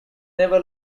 never